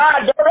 God